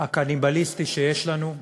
הקניבליסטי שיש לנו,